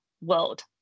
world